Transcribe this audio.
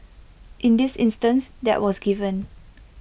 in this instance that was given